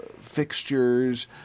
fixtures